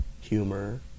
humor